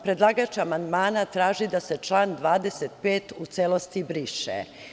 Predlagač amandmana traži da se član 25. u celosti briše.